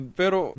pero